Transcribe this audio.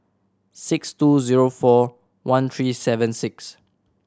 six two zero four one three seven six